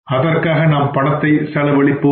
அதற்காக நாம் பணத்தை செலவழிப்போம்